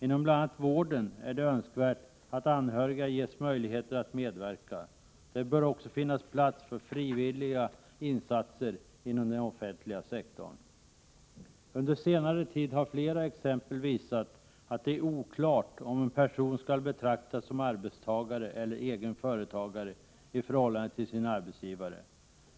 Inom bl.a. vården är det önskvärt att anhöriga ges möjligheter att medverka. Det bör också finnas plats för frivilliga insatser inom den offentliga sektorn. Under senare tid har flera exempel visat att det är oklart om en person skall betraktas som arbetstagare eller egen företagare i förhållande till sin arbetsgivare.